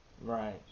Right